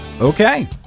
Okay